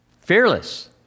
fearless